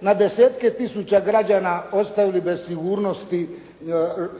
na desetke tisuća građana ostavili bez sigurnosti